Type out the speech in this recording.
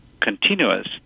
continuous